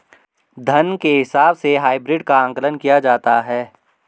धन के हिसाब से हाइब्रिड का आकलन किया जाता है